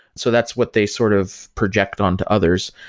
so that's what they sort of project on to others,